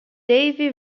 davie